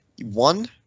One